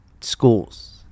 schools